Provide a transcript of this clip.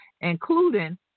including